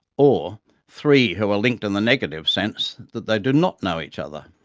or three who are linked in the negative sense that they do not know each other.